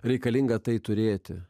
reikalinga tai turėti